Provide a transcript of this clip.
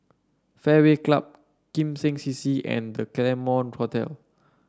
Fairway Club Kim Seng C C and The Claremont Hotel